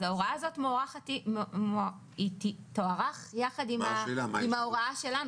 אז ההוראה הזאת תוארך יחד עם ההוראה שלנו.